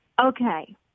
Okay